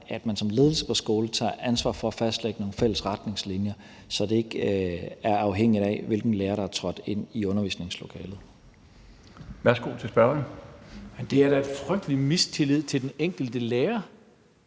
at man som ledelse på skolen tager ansvar for at fastlægge nogle fælles retningslinjer, så det ikke er afhængigt af, hvilken lærer der er trådt ind i undervisningslokalet. Kl. 18:20 Den fg. formand (Bjarne Laustsen): Værsgo